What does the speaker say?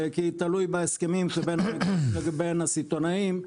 כי זה תלוי בהסכמים שבין --- ובין הסיטונאים.